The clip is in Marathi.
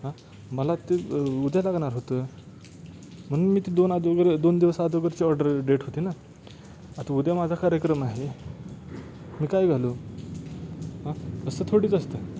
हां मला ते उद्या लागणार होतं म्हणून मी ते दोन अगोदर दोन दिवस अगोदरची ऑर्डर डेट होती ना आता उद्या माझा कार्यक्रम आहे मी काय घालू हां असं थोडीच असतंय